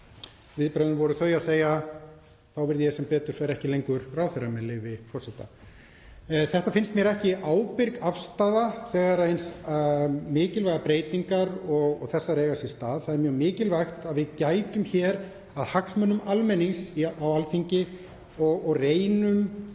Viðbrögðin voru þau að segja: Þá verð ég sem betur fer ekki lengur ráðherra. Þetta finnst mér ekki ábyrg afstaða þegar eins mikilvægar breytingar og þessar eiga sér stað. Það er mjög mikilvægt að við gætum hér að hagsmunum almennings á Alþingi og reynum